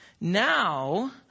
Now